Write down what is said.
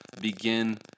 begin